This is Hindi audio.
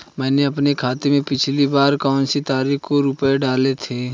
मैंने अपने खाते में पिछली बार कौनसी तारीख को रुपये डाले थे?